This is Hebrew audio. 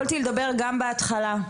יכולתי לדבר גם בהתחלה,